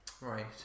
Right